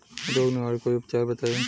रोग निवारन कोई उपचार बताई?